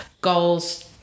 goals